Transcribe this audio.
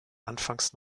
anfangs